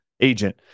agent